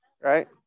right